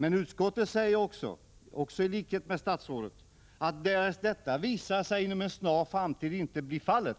Men utskottet säger också, i likhet med statsrådet, att därest detta visar sig inom en snar framtid inte bli fallet,